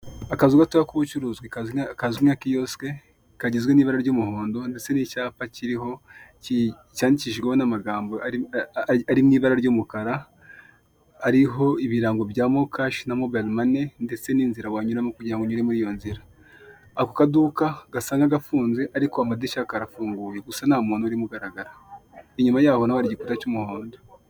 Akazu gato k'ubucuruzwa kazwi nka kiyosiki, kagizwe n'ibara ry'umuhondo. Icyapa kiriho Cyanyandikijweho n'amagambo Y'ibara ry'umukara, ariho ibirango bya mokash na mobile money. Ndetse n'inzira wanyuramo kugirango ngo ugere muri ako kazu. Akaduka gasa n'agafunze ariko amadirishya yako arafunguye, gusa nta muntu urimo ugaragara, inyuma yaho hari igikuta cy'umuhondo.